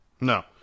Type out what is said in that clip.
No